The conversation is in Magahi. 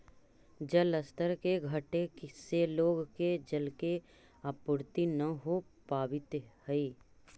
जलस्तर के घटे से लोग के जल के आपूर्ति न हो पावित हई